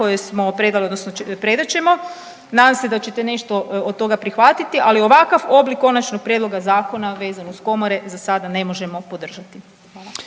koje smo predali odnosno predat ćemo nadam se da ćete nešto od toga prihvatiti, ali ovakav oblik konačnog prijedloga zakona vezan uz komore za sada ne možemo podržati. Hvala.